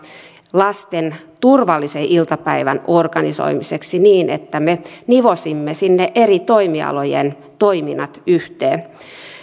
lasten turvallisen iltapäivän organisoimiseksi niin että me nivoisimme sinne eri toimialojen toiminnat yhteen